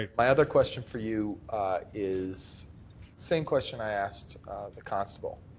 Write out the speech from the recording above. ah my other question for you is same question i asked the constable,